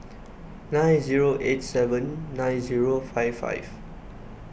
nine zero eight seven nine zero five five